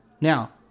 now